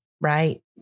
Right